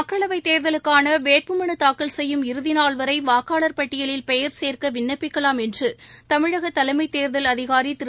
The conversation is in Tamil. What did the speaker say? மக்களவை தேர்தலுக்கான வேட்புமலு தாக்கல் செய்யும் இறுதிநாள் வரை வாக்காளர் பட்டியலில் பெயர் சோ்க்க விண்ணப்பிக்கலாம் என்று தமிழக தலைமைத் தேர்தல் அதிகாரி திரு